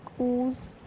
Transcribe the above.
ooze